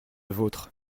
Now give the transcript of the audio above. vôtre